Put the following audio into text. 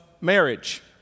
marriage